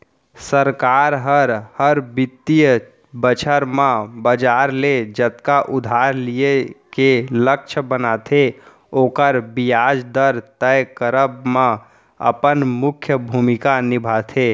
सरकार हर, हर बित्तीय बछर म बजार ले जतका उधार लिये के लक्छ बनाथे ओकर बियाज दर तय करब म अपन मुख्य भूमिका निभाथे